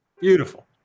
Beautiful